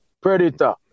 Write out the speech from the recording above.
Predator